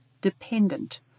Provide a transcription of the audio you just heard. dependent